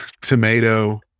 tomato